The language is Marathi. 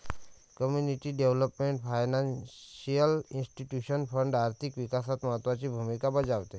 community development financial institution fund आर्थिक विकासात महत्त्वाची भूमिका बजावते